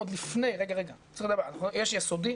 יש יסודי,